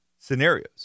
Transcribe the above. scenarios